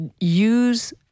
use